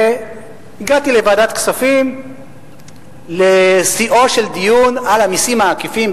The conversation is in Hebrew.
והגעתי לוועדת הכספים לשיאו של דיון על המסים העקיפים,